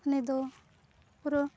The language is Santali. ᱩᱱᱤᱫᱚ ᱯᱩᱨᱟᱹ